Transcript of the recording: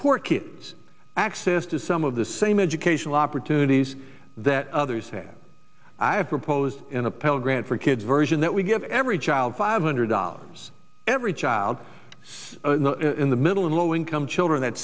poor kids access to some of the same educational opportunities that others had i have proposed in a pell grant for kids version that we give every child five hundred dollars every child in the middle and low income children that